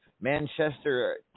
Manchester